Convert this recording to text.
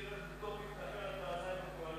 ואתה עדיין בקואליציה.